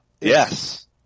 yes